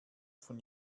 von